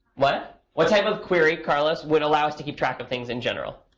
what what type of query, carlos, would allow us to keep track of things in general?